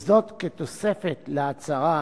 כתוספת להצהרה